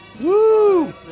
Woo